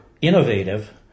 innovative